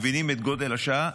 מבינים את גודל השעה.